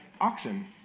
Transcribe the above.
oxen